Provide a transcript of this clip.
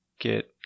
get